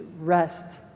rest